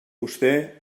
vostè